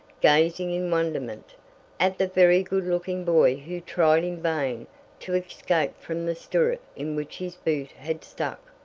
gazing in wonderment at the very good-looking boy who tried in vain to escape from the stirrup in which his boot had stuck.